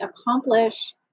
accomplish